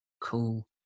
Cool